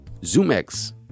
ZoomX